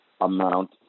amount